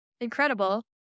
incredible